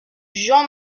jean